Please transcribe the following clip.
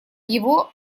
его